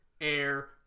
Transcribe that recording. air